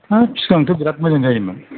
हाब सिगांथ' बिराद मोजां जायोमोन